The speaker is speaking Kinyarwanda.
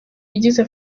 bigize